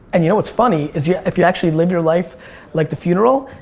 and you know what's funny is yeah if you actually live your life like the funeral,